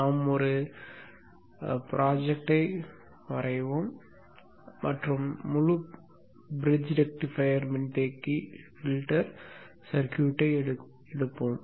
நாம் ஒரு திட்டவட்டத்தை வரைவோம் மற்றும் முழு பிரிட்ஜ் ரெக்டிஃபையர் மின்தேக்கி பில்டர் சர்க்யூட்டை எடுப்போம்